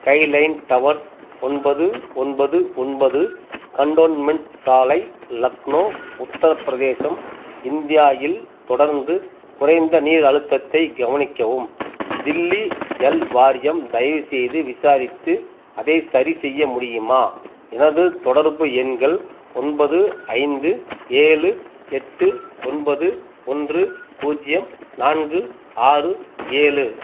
skyline towers ஒன்பது ஒன்பது ஒன்பது கண்டோன்மெண்ட்ஸ் சாலை லக்னோ உத்தரப்பிரதேசம் இந்தியா இல் தொடர்ந்து குறைந்த நீர் அழுத்தத்தைக் கவனிக்கவும் தில்லி ஜல் வாரியம் தயவு செய்து விசாரித்து அதை சரி செய்ய முடியுமா எனது தொடர்பு எண்கள் ஒன்பது ஐந்து ஏழு எட்டு ஒன்பது ஒன்று பூஜ்ஜியம் நான்கு ஆறு ஏழு